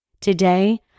Today